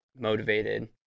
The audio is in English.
motivated